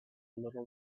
little